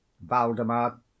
Valdemar